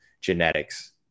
genetics